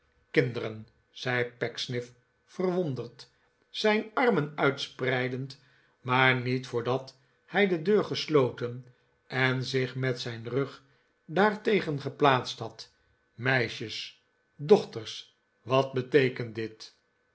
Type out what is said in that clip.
kinderenl zei pecksniff verwonderd zijn armen uitspreidend maar niet voordat hij de deur gesloten en zich met zijn rug daartegen geplaatst had meisjes dochters wat beteekent dit